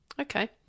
Okay